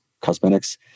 cosmetics